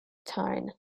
tyne